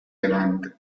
levante